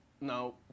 Now